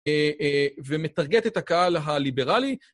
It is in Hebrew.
ומטרגט את הקהל הליברלי